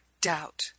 doubt